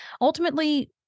Ultimately